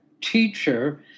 teacher